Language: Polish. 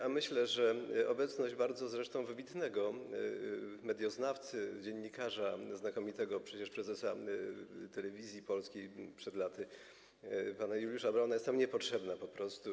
A myślę, że obecność bardzo zresztą wybitnego medioznawcy, dziennikarza, znakomitego przecież prezesa Telewizji Polskiej przed laty pana Juliusza Brauna jest tam niepotrzebna po prostu.